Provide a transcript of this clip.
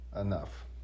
enough